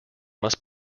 must